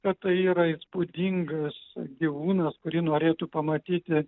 bet tai yra įspūdingas gyvūnas kurį norėtų pamatyti